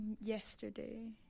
Yesterday